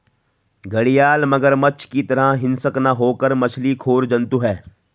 घड़ियाल मगरमच्छ की तरह हिंसक न होकर मछली खोर जंतु है